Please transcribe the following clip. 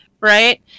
right